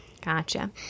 Gotcha